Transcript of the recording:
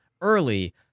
early